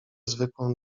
zwykłą